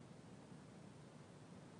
את עופר מלכה אנחנו לא רוצים לעצבן.